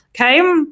okay